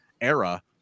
era